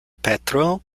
petro